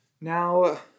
Now